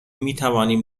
میتوانیم